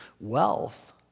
wealth